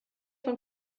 von